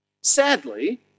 Sadly